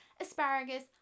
asparagus